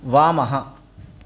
वामः